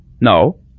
No